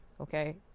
okay